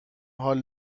حال